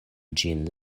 ĝin